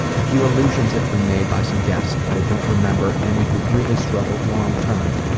a few allusions have been made by some guests, but i don't remember any who really struggled long term.